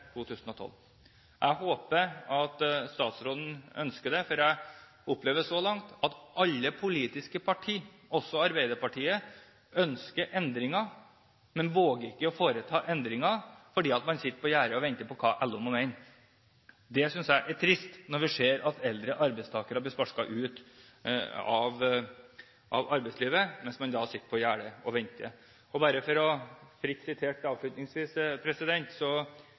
2012? Jeg håper at statsråden ønsker det, for jeg opplever så langt at alle politiske partier, også Arbeiderpartiet, ønsker endringer, men våger ikke å foreta endringer, fordi man sitter på gjerdet og venter på hva LO må mene. Det synes jeg er trist, når vi ser at eldre arbeidstakere blir sparket ut av arbeidslivet, mens man sitter på gjerdet og venter. Bare for å nevne avslutningsvis: